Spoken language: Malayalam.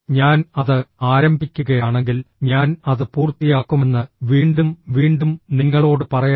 ഞാൻ അത് ആരംഭിക്കുകയാണെങ്കിൽ ഞാൻ അത് പൂർത്തിയാക്കുമെന്ന് വീണ്ടും വീണ്ടും നിങ്ങളോട് പറയണം